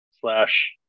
slash